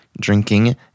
drinking